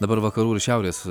dabar vakarų ir šiaurės